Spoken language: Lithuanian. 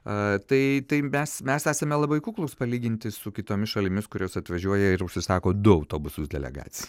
a tai tai mes mes esame labai kuklūs palyginti su kitomis šalimis kurios atvažiuoja ir užsisako du autobusus delegacijai